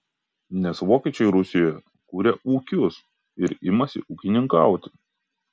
nes vokiečiai rusijoje kuria ūkius ir imasi ūkininkauti